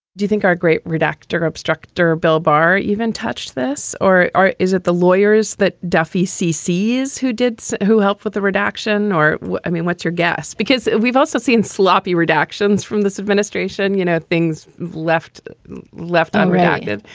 do you think our great redact or obstruct or bill bar even touched this? or or is it the lawyers that duffie c c s who did who helped with the redaction or i mean, what's your guess? because we've also seen sloppy redactions from this administration. you know, things left left on redacted.